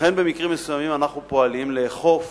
לכן במקרים מסוימים אנחנו פועלים לאכוף